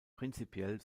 prinzipiell